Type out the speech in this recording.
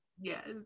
yes